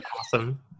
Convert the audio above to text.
awesome